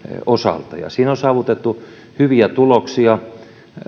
osalta ja siinä on saavutettu hyviä tuloksia